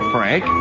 Frank